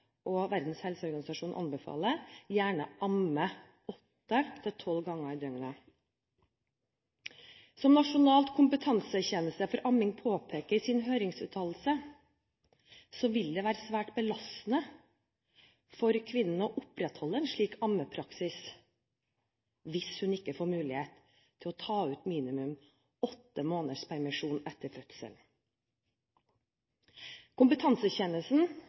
og Verdens Helseorganisasjon anbefaler, gjerne ammer åtte–tolv ganger i døgnet. Som Nasjonalt kompetansesenter for amming påpekte i sin høringsuttalelse vil det være svært belastende for kvinnen å opprettholde en slik ammepraksis hvis hun ikke får mulighet til å ta ut minimum åtte måneders permisjon etter